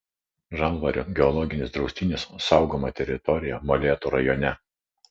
žalvarių geologinis draustinis saugoma teritorija molėtų rajone